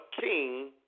king